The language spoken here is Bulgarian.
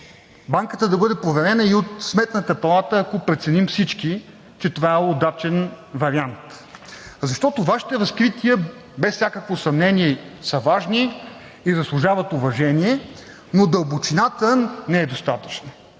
банката да бъде проверена и от Сметната палата, ако преценим всички, че това е удачен вариант. Защото Вашите разкрития без всякакво съмнение са важни и заслужават уважение, но дълбочината не е достатъчна.